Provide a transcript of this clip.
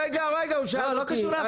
רגע, הוא שאל אותי.